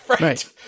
Right